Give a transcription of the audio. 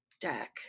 deck